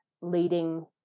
leading